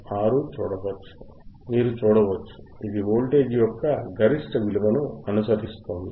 6 చూడవచ్చు మీరు చూడవచ్చు ఇది వోల్టేజ్ యొక్క గరిష్ట విలువను అనుసరిస్తోంది